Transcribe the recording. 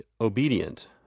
obedient